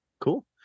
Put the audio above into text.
Cool